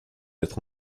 être